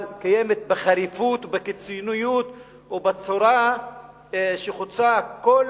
אבל קיימת בחריפות, בקיצוניות ובצורה שחוצה כל